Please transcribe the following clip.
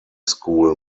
school